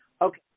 Okay